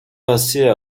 passer